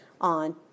on